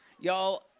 Y'all